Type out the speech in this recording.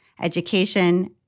education